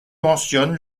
mentionne